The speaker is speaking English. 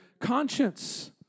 conscience